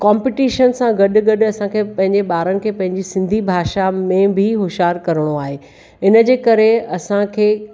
competition सां गॾु गॾु असांखे पंहिंजे ॿारनि खे पंहिंजी सिंधी भाषा में बि होश्यार करिणो आहे इन जे करे असांखे